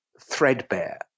threadbare